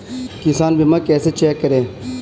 किसान बीमा कैसे चेक करें?